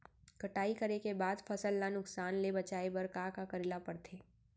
कटाई करे के बाद फसल ल नुकसान ले बचाये बर का का करे ल पड़थे?